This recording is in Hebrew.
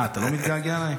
אה, אתה לא מתגעגע אליי?